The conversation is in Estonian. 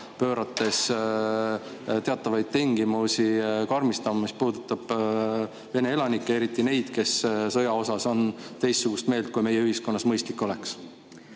pöörates teatavaid tingimusi karmistama, mis puudutavad vene elanikke, eriti neid, kes sõja osas on teistsugust meelt, kui meie ühiskonnas mõistlik on?